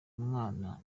mwana